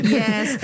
yes